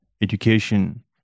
education